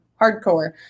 hardcore